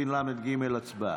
לחלופין ל"ב, הצבעה.